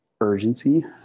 urgency